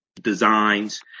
Designs